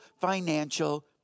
financial